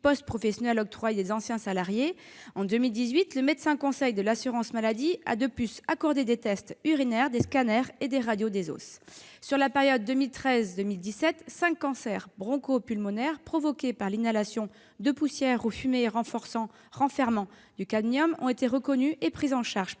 post-professionnel octroyés à des anciens salariés de l'usine Saft-Arts Energy en 2018, le médecin conseil de l'assurance maladie a en outre accordé des tests urinaires, des scanners et des radios des os. Sur la période 2013-2017, cinq cancers broncho-pulmonaires provoqués par l'inhalation de poussières ou fumées renfermant du cadmium ont été reconnus et pris en charge par l'assurance